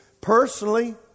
Personally